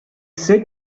said